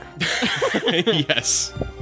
Yes